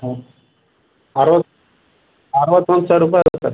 ಹಾಂ ಅರುವತ್ತು ಅರುವತ್ತೊಂದು ಸಾವಿರ ರೂಪಾಯಿ ಆಗುತ್ತೆ